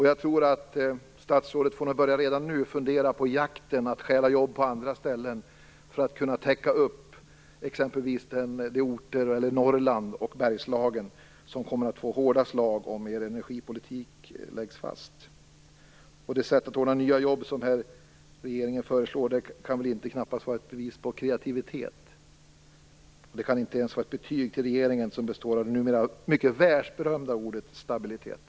Jag tror att statsrådet redan nu får börja fundera på hur han skall kunna stjäla jobb på andra ställen för att kunna täcka upp för exempelvis de orter i Norrland och Bergslagen som kommer att få hårda slag om regeringens energipolitik läggs fast. Det sätt att ordna nya jobb som regeringen här föreslår kan väl knappast vara ett bevis på kreativitet. Det kan inte ens vara ett betyg till regeringen som består av det numera världsberömda ordet stabilitet.